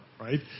right